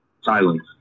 silence